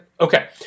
Okay